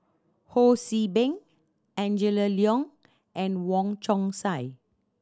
Ho See Beng Angela Liong and Wong Chong Sai